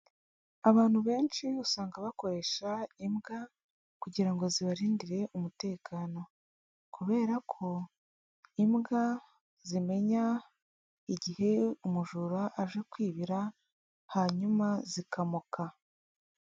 Abantu benshi usanga bakoresha imbwa kugira ngo zibarindire umutekano, kubera ko imbwa zimenya igihe umujura aje kwibira hanyuma zikamoka.